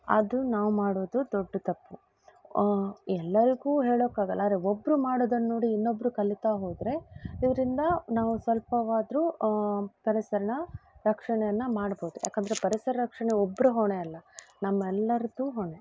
ಅದು ನಾವು ಮಾಡೋದು ದೊಡ್ಡ ತಪ್ಪು ಎಲ್ಲರಿಗೂ ಹೇಳಕ್ಕಾಗಲ್ಲ ಆದರೆ ಒಬ್ಬರು ಮಾಡೋದನ್ನ ನೋಡಿ ಇನ್ನೊಬ್ಬರು ಕಲಿತಾ ಹೋದರೆ ಇದರಿಂದ ನಾವು ಸ್ವಲ್ಪವಾದರೂ ಪರಿಸರನ ರಕ್ಷಣೆಯನ್ನು ಮಾಡ್ಬೋದು ಯಾಕಂದರೆ ಪರಿಸರ ರಕ್ಷಣೆ ಒಬ್ರ ಹೊಣೆ ಅಲ್ಲ ನಮ್ಮೆಲ್ಲರದು ಹೊಣೆ